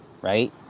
right